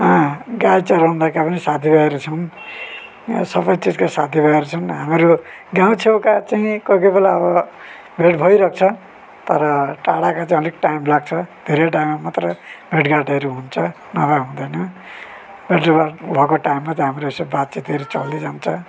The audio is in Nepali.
गाई चराउँदाका पनि साथीभाइहरू छौँ यहाँ सबै थुप्रै साथीभाइहरू छौँ हाम्रो गाउँ छेउका चाहिँ कोही कोही बेला अब भेट भइरहेको तर टाढाका चाहिँ अलिक टाइम लाग्छ धेरै टाइममा मात्रै भेटघाटहरू हुन्छ नभए हुँदैन भेटघाट भएको टाइममा हाम्रो यसो हाम्रो बातचितहरू चलिरहन्छ